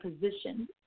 position